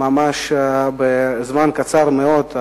ממש בזמן קצר מאוד.